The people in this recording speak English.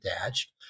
attached